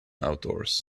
outdoors